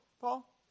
Paul